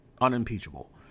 unimpeachable